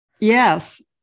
Yes